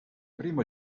primo